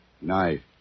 knife